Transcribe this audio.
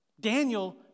Daniel